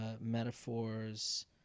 metaphors